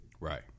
Right